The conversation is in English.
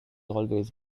always